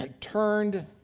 turned